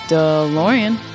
DeLorean